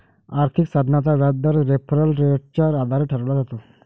आर्थिक साधनाचा व्याजदर रेफरल रेटच्या आधारे ठरवला जातो